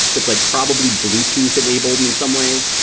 that's like probably bluetooth enabled in some way,